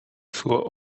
zur